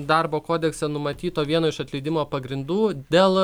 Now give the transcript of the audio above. darbo kodekse numatyto vieno iš atleidimo pagrindų dėl